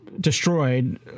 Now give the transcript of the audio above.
destroyed